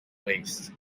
waste